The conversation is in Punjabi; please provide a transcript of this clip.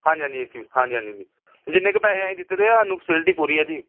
ਹਾਂਜੀ ਹਾਂਜੀ ਏ ਸੀ ਵੀ ਹਾਂਜੀ ਹਾਂਜੀ ਹਾਂਜੀ ਜਿੰਨੇ ਕੁ ਪੈਸੇ ਅਸੀਂ ਦਿੱਤੇ ਤੇ ਆ ਸਾਨੂੰ ਫੈਸਿਲਿਟੀ ਪੂਰੀ ਆ ਜੀ